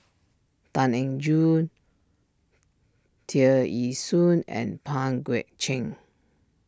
Tan Eng Joo Tear Ee Soon and Pang Guek Cheng